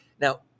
Now